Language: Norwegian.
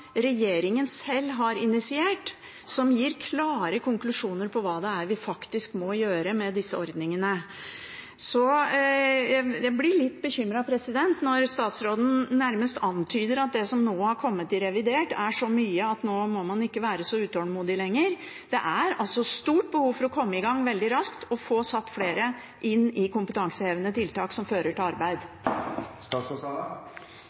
regjeringen sjøl har initiert, som gir klare konklusjoner på hva det er vi faktisk må gjøre med disse ordningene. Så jeg blir litt bekymret når statsråden nærmest antyder at det som nå har kommet i revidert nasjonalbudsjett, er så mye at nå må man ikke være så utålmodig lenger. Det er stort behov for å komme i gang veldig raskt og få satt flere inn i kompetansehevende tiltak som fører til arbeid.